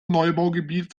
neubaugebiet